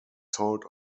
sold